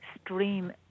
stream